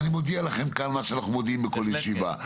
מודיע לכם כאן מה שאנחנו מודיעים בכל ישיבה.